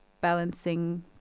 balancing